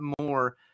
more